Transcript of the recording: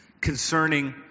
concerning